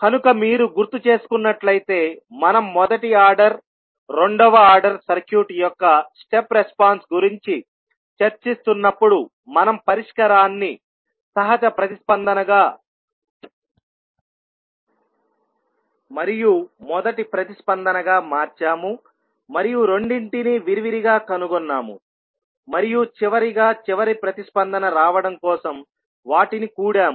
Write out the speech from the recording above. కనుక మీరు గుర్తు చేసుకున్నట్లయితే మనం మొదటి ఆర్డర్ రెండవ ఆర్డర్ సర్క్యూట్ యొక్క స్టెప్ రెస్పాన్స్ గురించి చర్చిస్తున్నప్పుడు మనం పరిష్కారాన్ని సహజ ప్రతిస్పందనగా మరియు మొదటి ప్రతిస్పందనగా మార్చాము మరియు రెండింటిని విరివిరిగా కనుగొన్నాము మరియు చివరగా చివర ప్రతిస్పందన రావడం కోసం వాటిని కూడాము